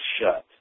shut